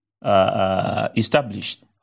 Established